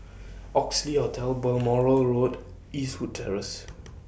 Oxley Hotel Balmoral Road Eastwood Terrace